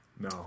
No